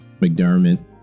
McDermott